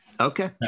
Okay